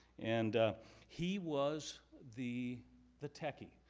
and he was the the techie.